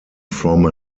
from